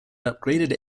upgraded